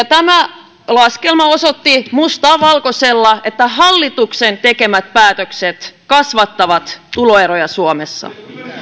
tämä laskelma osoitti mustaa valkoisella että hallituksen tekemät päätökset kasvattavat tuloeroja suomessa